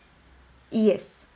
yes